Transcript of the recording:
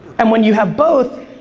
and when you have both.